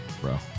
bro